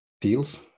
deals